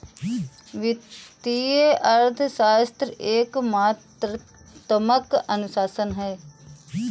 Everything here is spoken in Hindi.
वित्तीय अर्थशास्त्र एक मात्रात्मक अनुशासन है